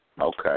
Okay